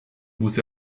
muss